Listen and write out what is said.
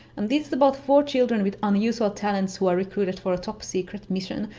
and this is about four children with unusual talents who are recruited for a top-secret mission.